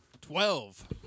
Twelve